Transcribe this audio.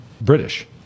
British